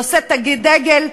נושאת הדגל,